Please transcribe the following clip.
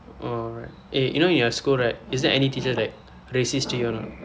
oh right eh you know in your school right is there any teacher like racist to you or not